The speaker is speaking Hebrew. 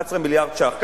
11 מיליארד שקלים.